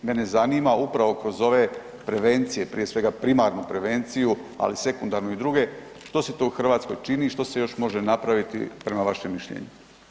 Mene zanima upravo kroz ove prevencije, prije svega primarnu prevenciju, ali i sekundarnu i druge što se to u Hrvatskoj čini, što se još može napraviti prema vašem mišljenje?